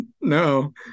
no